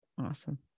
awesome